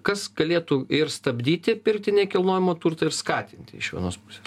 kas galėtų ir stabdyti pirkti nekilnojamą turtą ir skatinti iš vienos pusės